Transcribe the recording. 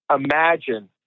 imagine